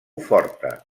forta